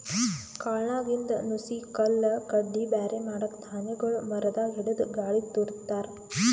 ಕಾಳ್ನಾಗಿಂದ್ ನುಸಿ ಕಲ್ಲ್ ಕಡ್ಡಿ ಬ್ಯಾರೆ ಮಾಡಕ್ಕ್ ಧಾನ್ಯಗೊಳ್ ಮರದಾಗ್ ಹಿಡದು ಗಾಳಿಗ್ ತೂರ ತಾರ್